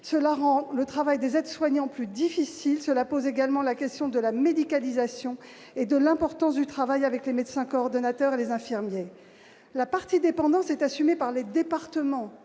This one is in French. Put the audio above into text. rend le travail des aides-soignants plus difficile, elle pose la question de la médicalisation et de l'importance du travail avec les médecins coordonnateurs et les infirmiers. La partie « dépendance » est assumée par les départements,